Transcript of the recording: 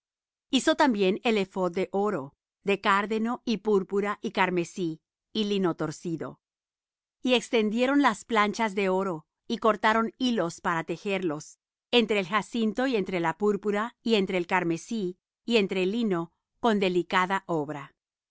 hizo también el ephod de oro de cárdeno y púrpura y carmesí y lino torcido y extendieron las planchas de oro y cortaron hilos para tejerlos entre el jacinto y entre la púrpura y entre el carmesí y entre el lino con delicada obra